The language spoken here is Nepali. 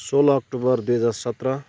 सोह्रअक्टोबर दुई हजार सत्र